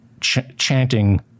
chanting